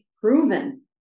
proven